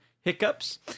hiccups